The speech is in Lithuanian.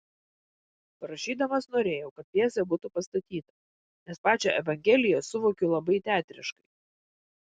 rašydamas norėjau kad pjesė būtų pastatyta nes pačią evangeliją suvokiu labai teatriškai